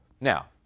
Now